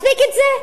מספיק זה,